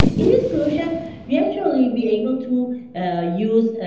in this solution we actually be able to use